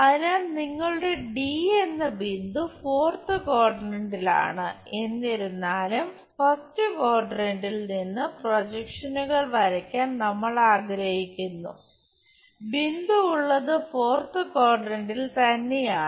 അതിനാൽ നിങ്ങളുടെ ഡി എന്ന ബിന്ദു ഫോർത്ത് ക്വാഡ്രന്റിലാണ് എന്നിരുന്നാലും ഫസ്റ്റ് ക്വാഡ്രാന്റിൽ നിന്ന് പ്രൊജക്ഷനുകൾ വരയ്ക്കാൻ നമ്മൾ ആഗ്രഹിക്കുന്നു ബിന്ദു ഉള്ളത് ഫോർത്ത് ക്വാഡ്രാന്റിൽ തന്നെയാണ്